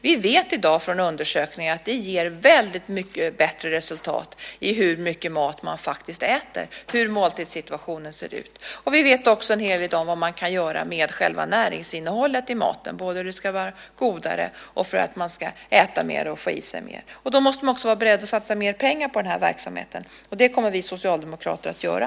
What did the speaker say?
Vi vet i dag från undersökningar av hur måltidssituationen ser ut att det ger väldigt mycket bättre resultat när det gäller hur mycket mat man faktiskt äter. Vi vet också en hel del om vad man kan göra med själva näringsinnehållet i maten, hur det ska bli godare så att man äter mer och får i sig mer. Då måste man också vara beredd att satsa mer pengar på den här verksamheten, och det kommer vi socialdemokrater att göra.